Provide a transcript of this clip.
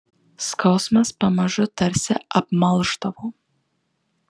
skausmas pamažu tarsi apmalšdavo